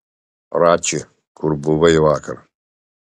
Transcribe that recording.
rači kur buvai vakar